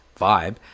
vibe